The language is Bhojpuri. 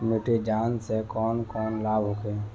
मिट्टी जाँच से कौन कौनलाभ होखे?